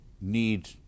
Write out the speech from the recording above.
need